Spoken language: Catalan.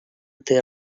terme